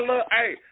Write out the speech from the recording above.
Hey